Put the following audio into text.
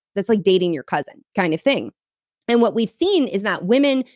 that's like dating your cousin, kind of thing and what we've seen is that women,